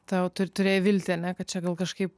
tau tur turėjai viltį kad čia gal kažkaip